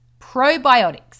Probiotics